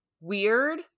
weird